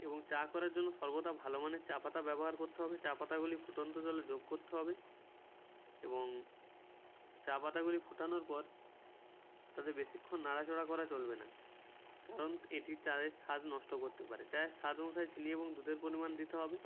এবং চা করার জন্য সর্বদা ভালো মানের চা পাতা ব্যবহার করতে হবে চা পাতাগুলি ফুটন্ত জলে যোগ করতে হবে এবং চা পাতাগুলি ফুটানোর পর তাদের বেশিক্ষণ নাড়াচাড়া করা চলবে না কারণ এটি চায়ের স্বাদ নষ্ট করতে পারে চায়ের স্বাদ অনুসারে চিনি এবং দুধের পরিমাণ দিতে হবে